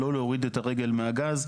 לא להוריד את הרגל מהגז,